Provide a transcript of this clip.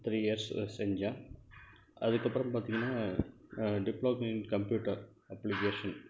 three years செஞ்சேன் அதுக்கப்புறம் பார்த்தீங்கன்னா டிப்ளமோ இன் கம்ப்யூட்டர் அப்ளிகேஷன்